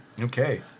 Okay